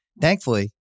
Thankfully